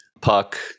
Puck